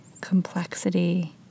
complexity